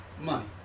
money